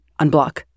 unblock